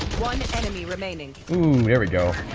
one enemy remaining, ooh, here we go.